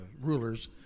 rulers